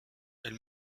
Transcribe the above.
elle